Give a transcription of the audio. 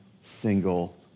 single